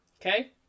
okay